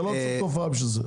לא צריך תופעה בשביל זה.